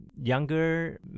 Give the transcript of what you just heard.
younger